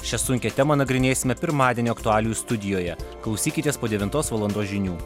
šią sunkią temą nagrinėsime pirmadienio aktualijų studijoje klausykitės po devintos valandos žinių